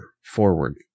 forward